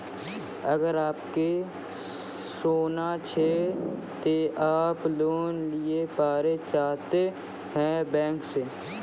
अगर आप के सोना छै ते आप लोन लिए पारे चाहते हैं बैंक से?